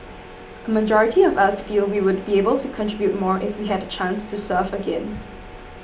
a majority of us feel we would be able to contribute more if we had a chance to serve again